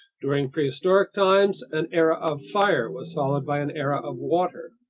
during prehistoric times, an era of fire was followed by an era of water.